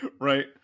Right